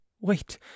Wait